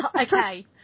Okay